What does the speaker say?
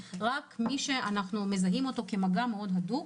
אלא רק מי שאנחנו מזהים אותו כמגע מאוד הדוק